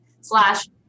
slash